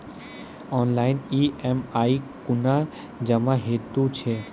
Online EMI कूना जमा हेतु छै?